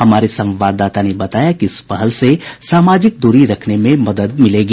हमारे संवाददाता ने बताया कि इस पहल से सामाजिक दूरी रखने में मदद मिलेगी